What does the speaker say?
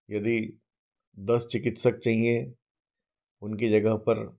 यदि दस चिकित्सक चाहिए तो उनकी जगह पर